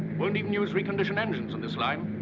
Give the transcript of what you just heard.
won't even use reconditioned engines in this line.